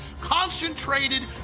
Concentrated